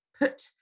put